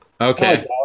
Okay